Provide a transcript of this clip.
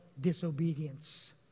disobedience